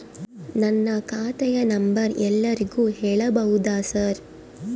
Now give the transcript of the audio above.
ನನ್ನ ಖಾತೆಯ ನಂಬರ್ ಎಲ್ಲರಿಗೂ ಹೇಳಬಹುದಾ ಸರ್?